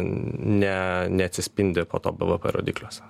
ne neatsispindi po to bvp rodikliuose